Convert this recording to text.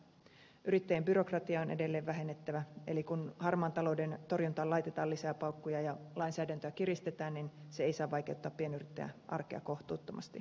yrittäjien byrokratiaa on edelleen vähennettävä eli kun harmaan talouden torjuntaan laitetaan lisää paukkuja ja lainsäädäntöä kiristetään niin se ei saa vaikeuttaa pienyrittäjän arkea kohtuuttomasti